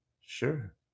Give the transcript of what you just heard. Sure